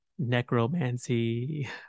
Necromancy